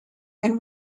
and